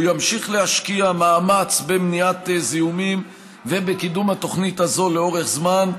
הוא ימשיך להשקיע מאמץ במניעת זיהומים ובקידום התוכנית הזאת לאורך זמן.